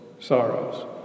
Sorrows